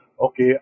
okay